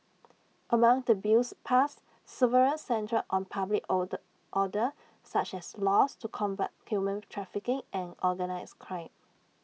among the bills passed several centred on public order order such as laws to combat human trafficking and organised crime